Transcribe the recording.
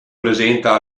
presenta